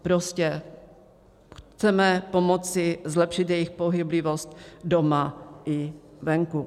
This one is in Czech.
Prostě chceme pomoci zlepšit jejich pohyblivost doma i venku.